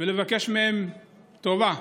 ולבקש מהם טובה.